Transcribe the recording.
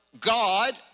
God